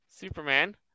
Superman